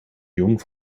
jong